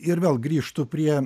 ir vėl grįžtu prie